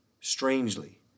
Strangely